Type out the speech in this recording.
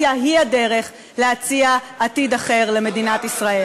שאופוזיציה היא הדרך להציע עתיד אחר למדינת ישראל.